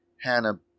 Hannah